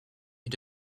you